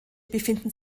befinden